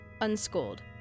Unschooled